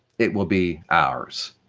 it will be ours.